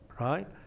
Right